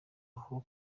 aho